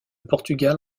portugal